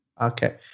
okay